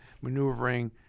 maneuvering